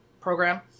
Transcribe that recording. program